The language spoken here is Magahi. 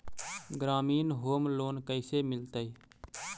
ग्रामीण होम लोन कैसे मिलतै?